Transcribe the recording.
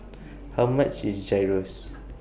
How much IS Gyros